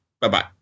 Bye-bye